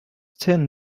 ten